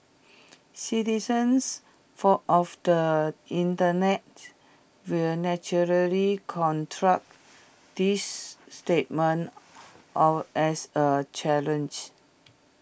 citizens for of the Internet will naturally this statement as A challenge